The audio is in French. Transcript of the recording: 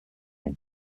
long